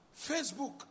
Facebook